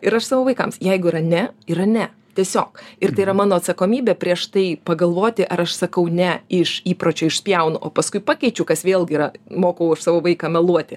ir aš savo vaikams jeigu yra ne yra ne tiesiog ir tai yra mano atsakomybė prieš tai pagalvoti ar aš sakau ne iš įpročio išspjaunu o paskui pakeičiu kas vėlgi yra mokau aš savo vaiką meluoti